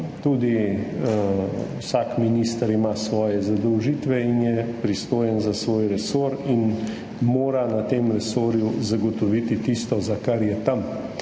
tudi vsak minister ima svoje zadolžitve in je pristojen za svoj resor in mora na tem resorju zagotoviti tisto, za kar je tam.